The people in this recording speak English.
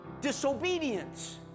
disobedience